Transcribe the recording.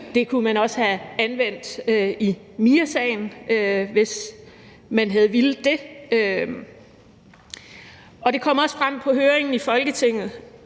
Det kunne man også have anvendt i Miasagen, hvis man havde villet det. Og det kom også frem i Folketinget